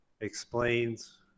explains